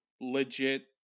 legit